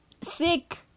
sick